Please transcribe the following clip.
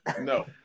No